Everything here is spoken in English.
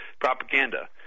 propaganda